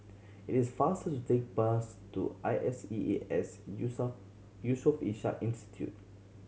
it is faster to take bus to I S E A S Yusof Yusof Ishak Institute